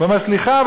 והוא אומר: סליחה,